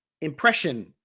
impression